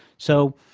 so,